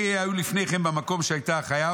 "אלה היו לפני כן במקום שהייתה החיה,